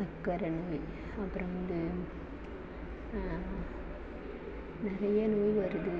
சக்கரை நோய் அப்புறம் வந்து நிறைய நோய் வருது